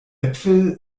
äpfel